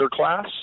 underclass